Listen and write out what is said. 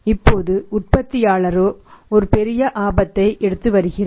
இப்போது உற்பத்தியாளரே ஒரு பெரிய ஆபத்தை எடுத்து வருகிறார்